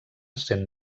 saint